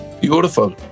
Beautiful